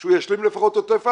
שהוא ישלים לפחות את עוטף עזה.